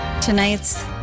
tonight's